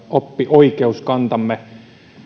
oppioikeuskantamme